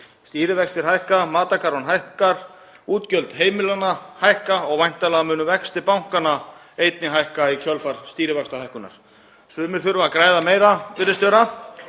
Stýrivextir hækka, matarkarfan hækkar, útgjöld heimilanna hækka og væntanlega munu vextir bankanna einnig hækka í kjölfar stýrivaxtahækkunar. Sumir þurfa að græða meira, virðist vera.